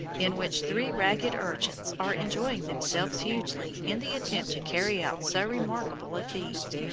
in which three ragged urchins are enjoying themselves hugely in the attempt to carry out so remarkable a feat.